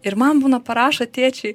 ir man būna parašo tėčiai